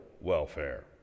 welfare